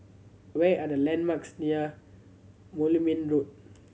where are the landmarks near Moulmein Road